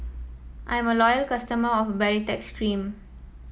I'm a loyal customer of Baritex Cream